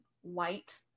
white